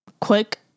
quick